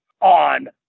on